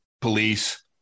police